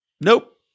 Nope